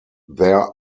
there